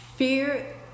Fear